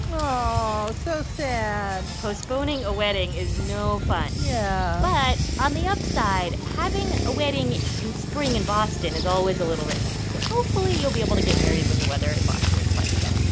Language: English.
oh, so sad postponing a wedding is no fun yeah but on the upside, having a wedding in spring in boston is always a little risky, so hopefully, you'll be able to get married when the weather in boston is slightly better.